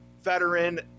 veteran